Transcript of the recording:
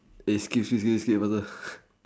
eh skip skip skip faster